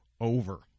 over